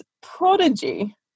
prodigy